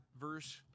verse